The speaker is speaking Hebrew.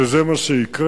שזה מה שיקרה.